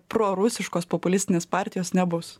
prorusiškos populistinės partijos nebus